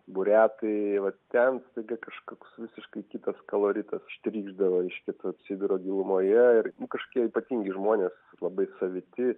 buriatai vat ten staiga kažkoks visiškai kitas koloritas ištrykšdavo reiškia to sibiro gilumoje ir kažkokie ypatingi žmonės labai saviti